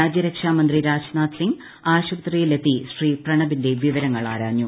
രാജ്യരക്ഷാമന്ത്രി രാജ്നാഥ് സിംഗ് ആശുപത്രി യിലെത്തി ശ്രീ പ്രണബിന്റെ വിവരങ്ങൾ ആരാഞ്ഞു